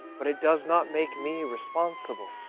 but it does not make me responsible.